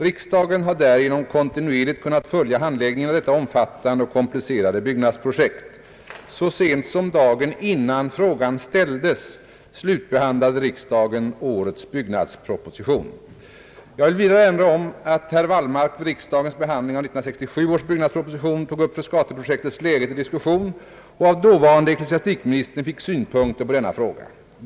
Riksdagen har därigenom kontinuerligt kunnat följa handläggningen av detta omfattande och komplicerade byggnadsprojekt. Så sent som dagen innan frågan ställdes slutbehandlade riksdagen årets byggnadsproposition. Jag vill vidare erinra om att herr Wallmark vid riksdagens behandling av 1967 års byggnadsproposition tog upp Frescatiprojektets läge till diskussion och av dåvarande ecklesiastikministern fick synpunkter på denna fråga.